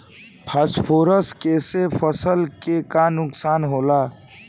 Phosphorus के से फसल के का नुकसान होला?